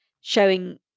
showing